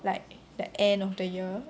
like the end of the year